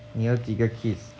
你要几个 kids